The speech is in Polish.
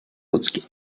ludzkim